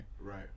Right